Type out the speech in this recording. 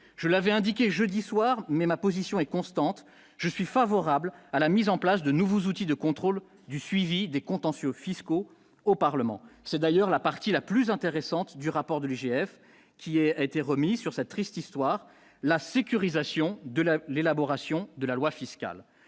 je l'avais indiqué jeudi soir mais ma position est constante, je suis favorable à la mise en place de nouveaux outils de contrôle du suivi des contentieux fiscaux au Parlement, c'est d'ailleurs la partie la plus intéressante du rapport de l'IGF qui, elle, a été remis sur cette triste histoire, la sécurisation de la l'élaboration de la loi fiscale,